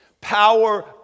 Power